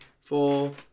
four